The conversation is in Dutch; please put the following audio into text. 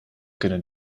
kunnen